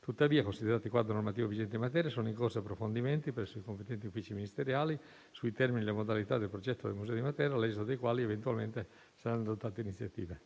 Tuttavia, considerato il quadro normativo vigente in materia, sono in corso approfondimenti presso i competenti uffici ministeriali sui termini e sulle modalità del progetto Museo di Matera, all'esito dei quali saranno eventualmente adottate iniziative.